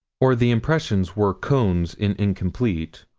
or the impressions were cones in incomplete,